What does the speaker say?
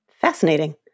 Fascinating